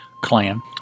clan